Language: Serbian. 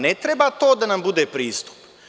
Ne treba to da nam bude pristup.